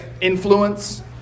influence